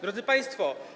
Drodzy Państwo!